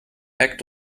act